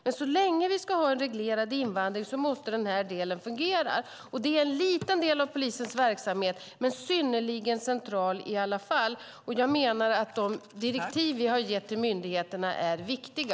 Men så länge vi ska ha en reglerad invandring måste den här delen fungera. Det är en liten del av polisens verksamhet men synnerligen central i alla fall, och jag menar att de direktiv vi har gett till myndigheterna är viktiga.